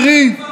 אימא, תראי,